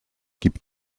gib